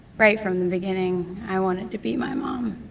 right from the beginning, i wanted to be my mom.